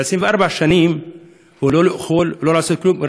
ב-24 שנים הוא לא יכול לא לעשות כלום,